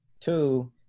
two